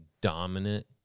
dominant